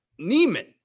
Neiman